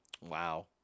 Wow